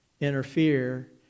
Interfere